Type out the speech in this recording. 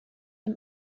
dem